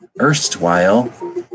erstwhile